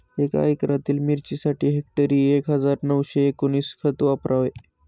एका एकरातील मिरचीसाठी हेक्टरी एक हजार नऊशे एकोणवीस खत वापरावे